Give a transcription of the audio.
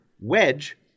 wedge